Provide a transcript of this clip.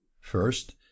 first